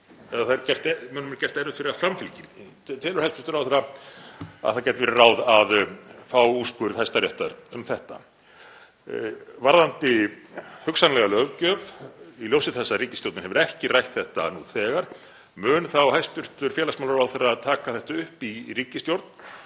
en mönnum er gert erfitt fyrir að framfylgja henni. Telur hæstv. ráðherra að það gæti verið ráð að fá úrskurð Hæstaréttar um þetta? Varðandi hugsanlega löggjöf, í ljósi þess að ríkisstjórnin hefur ekki rætt þetta nú þegar, mun þá hæstv. félagsmálaráðherra taka þetta upp í ríkisstjórn,